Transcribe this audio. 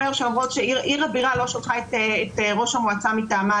עיר הבירה לא שלחה את ראש המועצה מטעמה